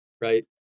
right